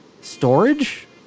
storage